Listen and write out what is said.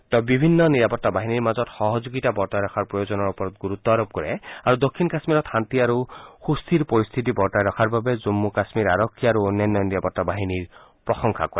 তেওঁ বিভিন্ন নিৰাপত্তা বাহিনীৰ মাজত সহযোগিতা বৰ্তাই ৰখাৰ প্ৰয়োজনৰ ওপৰত গুৰুত্ব আৰোপ কৰে আৰু দক্ষিণ কাশ্মীৰত শান্তি আৰু সুস্থিৰ পৰিস্থিতি বৰ্তাই ৰখাৰ বাবে জম্মু কাম্মীৰ আৰক্ষী আৰু অন্যান্য নিৰাপতা বাহিনীৰ প্ৰশংসা কৰে